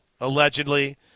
allegedly